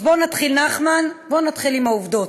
אז בוא נתחיל, נחמן, בוא נתחיל עם העובדות: